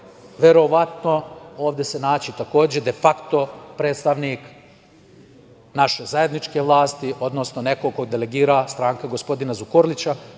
verovatno ovde se naći, takođe defakto predstavnik naše zajedničke vlasti, odnosno neko ko delegira stranka gospodina Zukorlića,